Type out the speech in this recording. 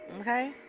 okay